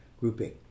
grouping